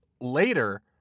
later